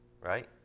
right